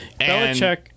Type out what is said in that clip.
Belichick